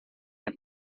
and